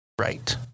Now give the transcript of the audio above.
Right